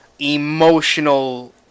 emotional